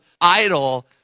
idol